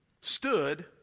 stood